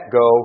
go